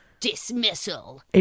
dismissal